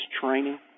training